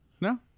No